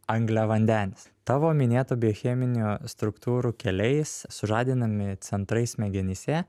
angliavandenis tavo minėtų biocheminių struktūrų keliais sužadinami centrai smegenyse